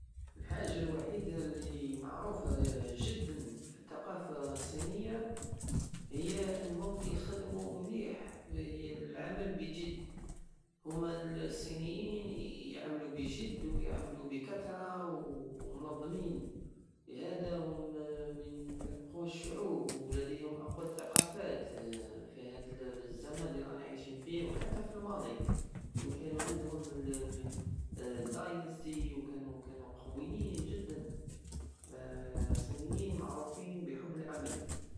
الحاجة الوحيدة الي معروفة جدا في التقافة الصينية هي انهم يخدمو مليح هي العمل بجد هما الصينين يعملو بجد ويعملو بكترة ومنظمين لهادا هم من أقوى الشعوب ولديهم اقوى التقافات في هاد الزمن الرانا عايشين فيه وحتى في الماضي وين كانو عندهم ال ال- الداينستي وكانو- وكانو قويين جدا الصينين معروفين بحب العمل